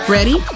Ready